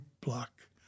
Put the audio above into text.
block